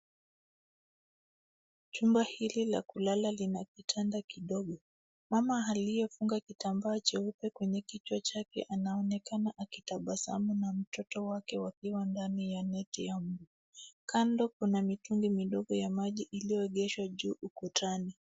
Chumba hili la kulala lina kitanda kidogo. Mama aliyefunga kitambaa cheupe kwenye kichwa chake anaonekana akitabasamu na mtoto wake wakiwa ndani ya neti ya mbu. Kando kuna mitungi midogo ya maji iliyoegeshwa juu ukutani.